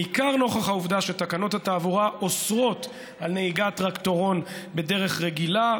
בעיקר נוכח העובדה שתקנות התעבורה אוסרות נהיגת בטרקטורון בדרך רגילה,